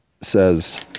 says